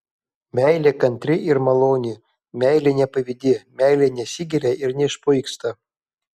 meilė kantri ir maloni meilė nepavydi meilė nesigiria ir neišpuiksta